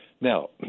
Now